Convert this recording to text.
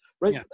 right